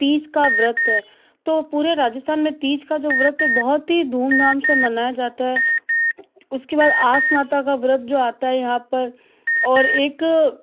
तीज का व्रत है तो पूरे राजस्थान में तीज का जो व्रत है बहुत ही धूम धाम से मनाया जाता है उसके बाद आस माता का व्रत जो आता है यहाँ पर और एक